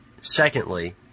secondly